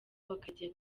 bakajya